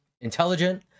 intelligent